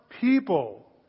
people